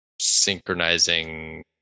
synchronizing